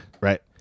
right